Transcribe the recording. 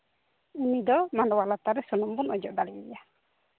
ᱩᱱᱤ ᱫᱚ ᱢᱟᱸᱰᱣᱟ ᱞᱟᱛᱟᱨ ᱨᱮ ᱥᱩᱱᱩᱢ ᱵᱚᱱ ᱚᱡᱚᱜ ᱫᱟᱲᱮᱭᱟᱭᱟ